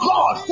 God